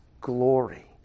Glory